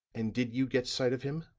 and did you get sight of him?